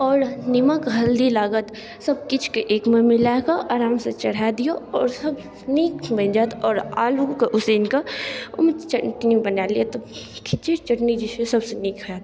आओर निम्मक हल्दी लागत सब किछुके एकमे मिलाकऽ आरामसँ चढ़ा दिऔ आओर सब नीक बनि जाएत आओर आलूके उसिनके ओहिमे चटनी बना लिअऽ तऽ खिचड़ी चटनी जे छै से सबसँ नीक हैत